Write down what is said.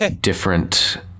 different